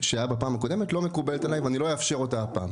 שהשוק החופשי ישלוט בהם וזה הכל,